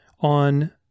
on